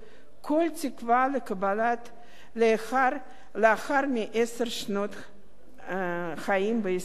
תקווה לקבלתו לאחר עשר שנות חיים בישראל.